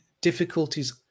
difficulties